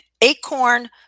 acorn